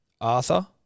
Arthur